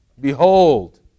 behold